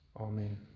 Amen